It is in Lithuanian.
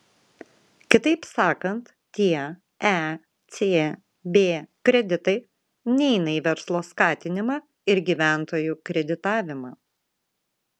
kitaip sakant tie ecb kreditai neina į verslo skatinimą ir gyventojų kreditavimą